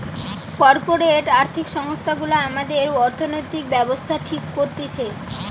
corporate আর্থিক সংস্থা গুলা আমাদের অর্থনৈতিক ব্যাবস্থা ঠিক করতেছে